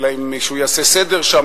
אלא אם כן מישהו יעשה סדר שם,